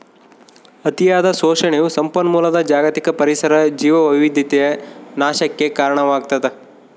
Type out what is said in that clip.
ಅತಿಯಾದ ಶೋಷಣೆಯು ಸಂಪನ್ಮೂಲದ ಜಾಗತಿಕ ಪರಿಸರ ಜೀವವೈವಿಧ್ಯತೆಯ ನಾಶಕ್ಕೆ ಕಾರಣವಾಗ್ತದ